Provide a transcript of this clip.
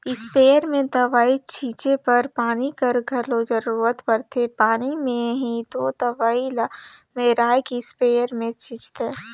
sprayer में दवई छींचे बर पानी कर घलो जरूरत परथे पानी में ही दो दवई ल मेराए के इस्परे मे छींचथें